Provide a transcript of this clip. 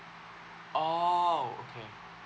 oh okay